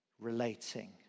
relating